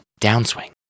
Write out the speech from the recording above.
downswing